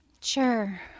Sure